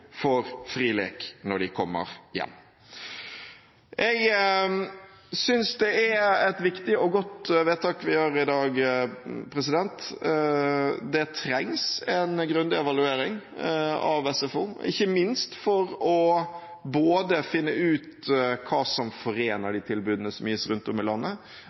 for fri lek når de kommer hjem. Jeg synes det er et viktig og godt vedtak vi gjør her i dag. Det trengs en grundig evaluering av SFO, ikke minst for å finne ut både hva som forener de tilbudene som gis rundt om i landet,